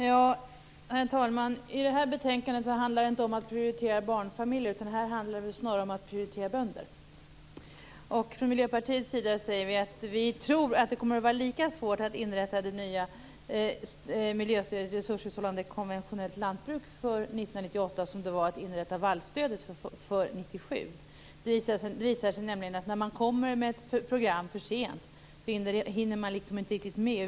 Herr talman! I betänkandet handlar det inte om att prioritera barnfamiljer utan snarare om att prioritera bönder. Från Miljöpartiets sida säger vi att vi tror att det kommer att vara lika svårt att inrätta det nya miljöstödet, resurshushållande konventionellt lantbruk 1998, som det var att inrätta vallstödet 1997. Det har nämligen visat sig att när man kommer med ett program för sent hinner man inte riktigt med.